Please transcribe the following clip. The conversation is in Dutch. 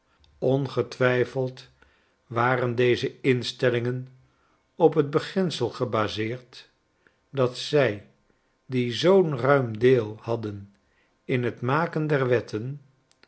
ongetwijfeld waren deze instellingen op tbeginsel gebaseerd dat zij die zoo'n ruim deel hadden in t maken der wetten